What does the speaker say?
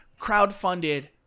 crowdfunded